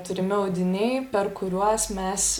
turimi audiniai per kuriuos mes